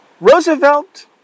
Roosevelt